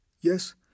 Yes